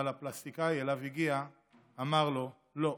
אבל הפלסטיקאי אמר לו: לא,